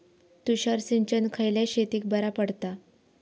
तुषार सिंचन खयल्या शेतीक बरा पडता?